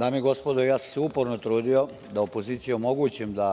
Dame i gospodo, ja sam se uporno trudio da opoziciji omogućim da